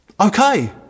Okay